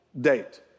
date